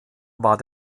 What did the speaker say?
war